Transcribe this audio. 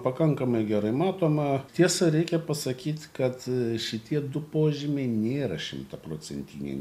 pakankamai gerai matoma tiesa reikia pasakyt kad šitie du požymiai nėra šimtaprocentiniai